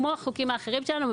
כמו בחוקים האחרים שלנו,